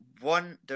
one